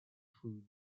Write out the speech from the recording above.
food